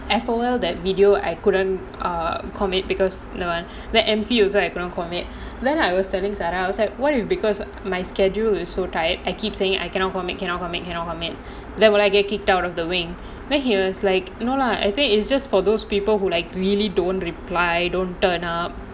F_O_L that video I couldn't err commit because ஆமா:aamaa then M_C also I couldn't commit then I will telling sara I was like why because my schedule is so tight I keep saying I cannot commit cannot commit then will I get kick out of the wing